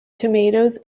tomatoes